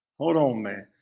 hold on, man.